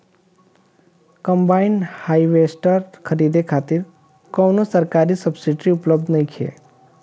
Combine harvester खरीदे खातिर कउनो सरकारी सब्सीडी उपलब्ध नइखे?